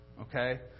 Okay